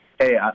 hey